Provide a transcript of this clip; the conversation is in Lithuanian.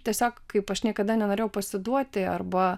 tiesiog kaip aš niekada nenorėjau pasiduoti arba